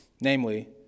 Namely